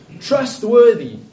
trustworthy